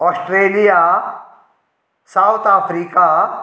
Australia South Africa